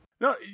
No